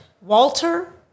Walter